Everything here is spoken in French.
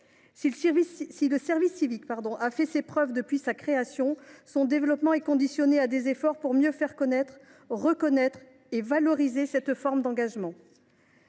Si le service civique a fait ses preuves, son développement est conditionné à des efforts pour mieux faire connaître, reconnaître et valoriser cette forme d’engagement.